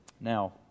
Now